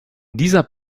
dieser